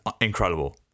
incredible